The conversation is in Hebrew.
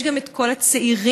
יש גם כל הצעירים